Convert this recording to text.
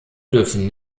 dürfen